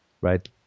right